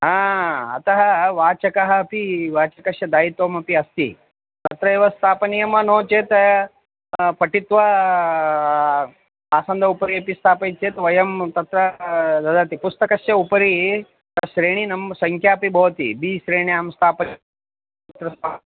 हा अतः वाचकः अपि वाचकस्य दायित्वमपि अस्ति तत्रैव स्थापनीयं वा नो चेत् पठित्वा आसन्दस्य उपरि अपि स्थापयति चेत् वयं तत्र ददामः पुस्तकस्य उपरिश्रेणीनं सङ्ख्यापि भवति बि श्रेण्याम् अहं स्थापयत्र